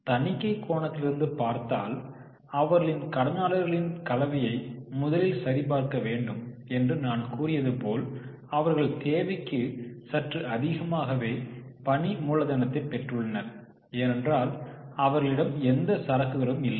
தணிக்கை கோணத்திலிருந்து பார்த்தல் அவர்களின் கடனாளர்களின் கலவையை முதலில் சரிபார்க்க வேண்டும் என்று நான் கூறியது போல் அவர்கள் தேவைக்கு சற்று அதிகமாகவே பணி மூலதனத்தைக் பெற்றுள்ளனர் ஏனென்றால் அவர்களிடம் எந்த சரக்குகளும் இல்லை